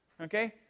Okay